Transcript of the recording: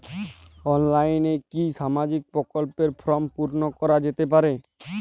অনলাইনে কি সামাজিক প্রকল্পর ফর্ম পূর্ন করা যেতে পারে?